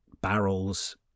barrels